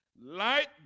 light